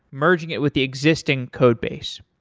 merging it with the existing code base.